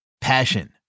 Passion